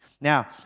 Now